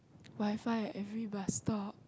WiFi every bus stop